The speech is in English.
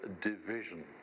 division